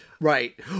right